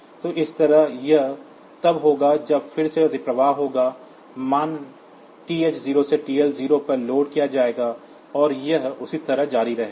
तो इस तरह यह तब होगा जब फिर से अतिप्रवाह होगा मान TH0 से TL0 पर लोड किया जाएगा और यह उसी तरह जारी रहेगा